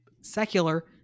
secular